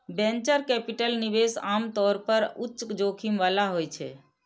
venture capital निवेश आम तौर पर उच्च जोखिम बला होइ छै